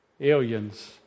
aliens